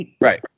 Right